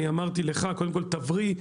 אני אמרתי לך: קודם כל תבריא,